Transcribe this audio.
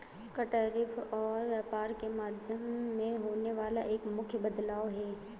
कर, टैरिफ और व्यापार के माध्यम में होने वाला एक मुख्य बदलाव हे